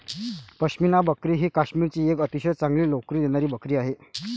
पश्मिना बकरी ही काश्मीरची एक अतिशय चांगली लोकरी देणारी बकरी आहे